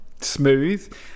smooth